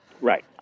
Right